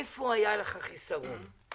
היום גיליתי איפה היה החיסרון שלך.